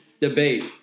debate